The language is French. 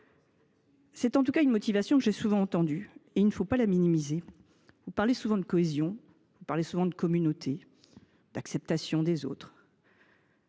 C’est en tout cas une motivation que j’ai souvent entendue, et il ne faut pas la minimiser. Vous parlez souvent de cohésion, de communauté, d’acceptation des autres.